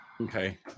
Okay